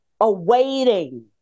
Awaiting